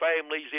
families